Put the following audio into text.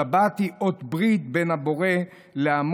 שבת היא אות ברית בין הבורא לעמו,